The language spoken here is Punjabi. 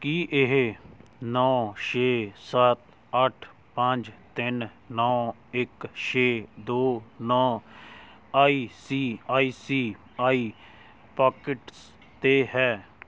ਕੀ ਇਹ ਨੌ ਛੇ ਸੱਤ ਅੱਠ ਪੰਜ ਤਿੰਨ ਨੌ ਇੱਕ ਛੇ ਦੋ ਨੌ I C I C I pockets 'ਤੇ ਹੈ